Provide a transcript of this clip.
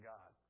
God